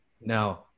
No